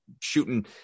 shooting